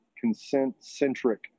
consent-centric